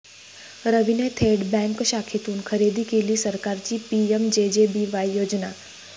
रवीने थेट बँक शाखेतून खरेदी केली सरकारची पी.एम.जे.जे.बी.वाय योजना